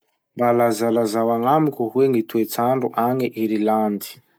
Mba lazalazao agnamiko hoe gny toetsandro agny Irilandy?